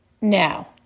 now